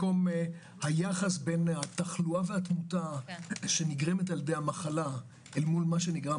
היחס בין התחלואה והתמותה שנגרמת על-ידי המחלה אל מול מה שנגרם